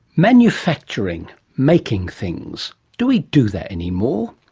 manufacturing making things. do we do that anymore?